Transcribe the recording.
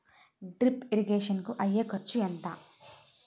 Drip irrigation కూ అయ్యే ఖర్చు ఎంత?